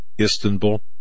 Istanbul